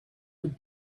would